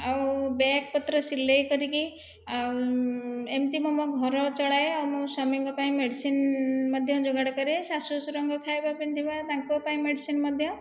ଆଉ ବ୍ୟାଗ୍ ପତ୍ର ସିଲେଇ କରିକି ଆଉ ଏମିତି ମୁଁ ମୋ' ଘର ଚଳାଏ ଓ ମୋ ସ୍ଵାମୀଙ୍କ ପାଇଁ ମେଡିସିନ୍ ମଧ୍ୟ ଯୋଗାଡ଼ କରେ ଶାଶୁ ଶ୍ଵଶୁରଙ୍କ ଖାଇବା ପିନ୍ଧିବା ତାଙ୍କ ପାଇଁ ମେଡିସିନ୍ ମଧ୍ୟ